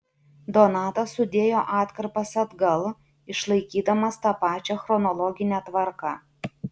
donatas sudėjo atkarpas atgal išlaikydamas tą pačią chronologinę tvarką